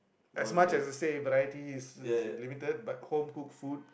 as much as I say but I this is this is limited but homecooked food